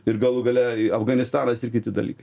ir galų gale afganistanas ir kiti dalykai